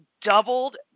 doubled